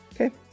Okay